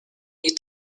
you